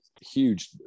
huge